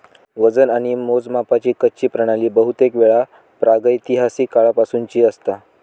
वजन आणि मोजमापाची कच्ची प्रणाली बहुतेकवेळा प्रागैतिहासिक काळापासूनची असता